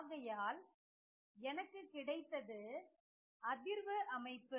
ஆகையால் எனக்கு கிடைத்தது அதிர்வு அமைப்பு